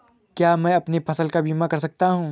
क्या मैं अपनी फसल का बीमा कर सकता हूँ?